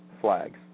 flags